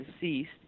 deceased